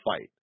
fight